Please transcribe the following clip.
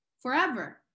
forever